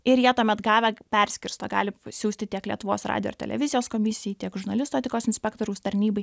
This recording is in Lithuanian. ir jie tuomet gavę perskirsto gali siųsti tiek lietuvos radijo ir televizijos komisijai tiek žurnalistų etikos inspektoriaus tarnybai